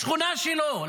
לשכונה שלו,